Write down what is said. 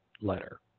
Letter